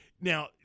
Now